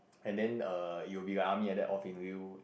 and then err you will be with the army and then off in lieu